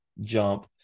jump